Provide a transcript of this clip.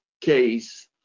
case